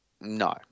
No